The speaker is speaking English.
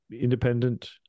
independent